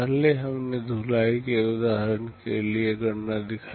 पहले हमने धुलाई के उदाहरण के लिए गणना दिखाई